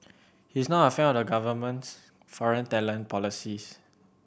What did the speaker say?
he is not a fan of the government's foreign talent policies